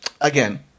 again